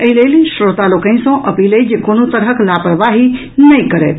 एहि लेल श्रोता लोकनि सँ अपील अछि जे कोनो तरहक लापरवाही नहि करथि